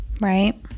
right